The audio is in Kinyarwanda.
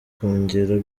kongera